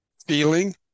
feeling